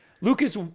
Lucas